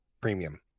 premium